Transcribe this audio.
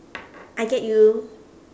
I get you